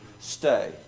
stay